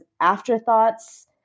afterthoughts